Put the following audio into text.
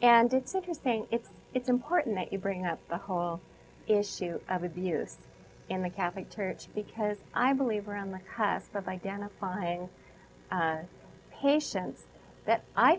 and it's interesting it's important that you bring up the whole issue of abuse in the catholic church because i believe we're on the cusp of identifying patients that i